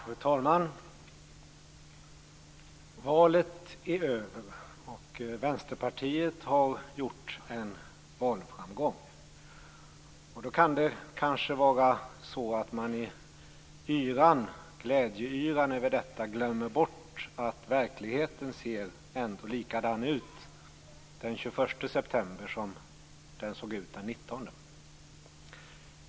Fru talman! Valet är över. Vänsterpartiet har gjort en valframgång. Då kan man i glädjeyran glömma bort att verkligheten ser likadan ut den 21 september som den såg ut den 19 september.